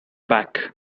back